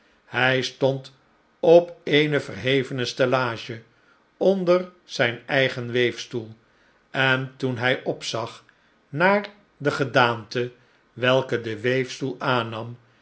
hij stond op eene verhevene stellage onder zijn eigen weefstoel en toen hij opzag naar de gedaante welke de weefstoel aannam